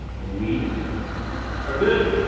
we are good.